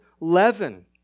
leaven